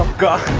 go